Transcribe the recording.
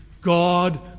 God